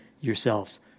yourselves